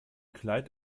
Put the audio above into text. kleid